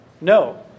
No